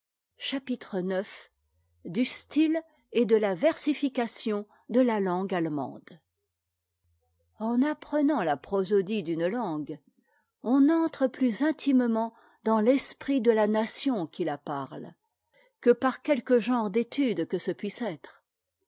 chapitre ix du style et de la versification de la langue allemande en apprenant la prosodie d'une langue on entre plus intimement dans l'esprit de la nation qui la parle que par quelque genre d'étude que ce puisse être